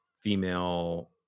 female